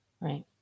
Right